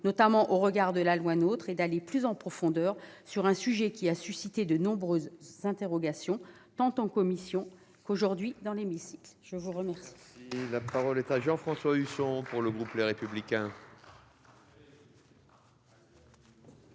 notamment au regard de la loi NOTRe, et d'approfondir un sujet qui a suscité de nombreuses interrogations, tant en commission qu'aujourd'hui, dans l'hémicycle. La parole